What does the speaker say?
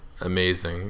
amazing